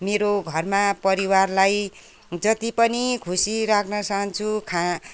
मेरो घरमा परिवारलाई जति पनि खुसी राख्न चाहन्छु